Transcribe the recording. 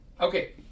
Okay